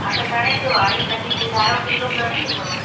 हा त घणे जो आहे तॾहिं ॿुधायो किलो घणे जो अथव